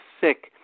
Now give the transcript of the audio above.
sick